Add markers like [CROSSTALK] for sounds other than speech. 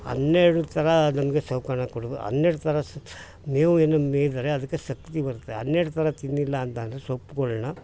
ಹನ್ನೆರಡು ಥರ ನಮಗೆ [UNINTELLIGIBLE] ಕೊಡದು [UNINTELLIGIBLE] ಹನ್ನೆರಡು ಥರ ಸ್ ಮೇವು ಏನು ಮೇಯ್ದರೆ ಅದಕ್ಕೆ ಶಕ್ತಿ ಬರುತ್ತೆ ಹನ್ನೆರಡು ಥರ ತಿಂದಿಲ್ಲ ಅಂತಂದ್ರೆ ಸೊಪ್ಪುಗಳ್ನ